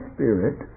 Spirit